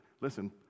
Listen